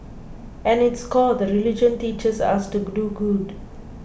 at its core the religion teaches us to do good